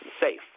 safe